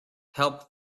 help